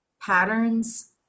patterns